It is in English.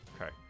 Okay